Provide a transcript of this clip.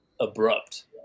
abrupt